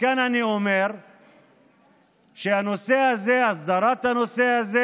מכאן אני אומר שהנושא הזה והסדרת הנושא הזה